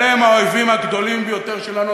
אלה הם האויבים הגדולים ביותר שלנו,